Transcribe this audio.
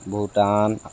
Bhutan